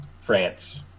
France